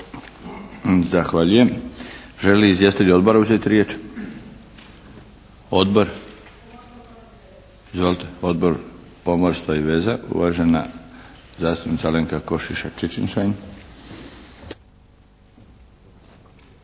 Zahvaljujem. Žele li izvjestitelji odbora uzeti riječ? Odbor za pomorstvo i veze, uvažena zastupnica Alenka Košiša Čičin-Šain.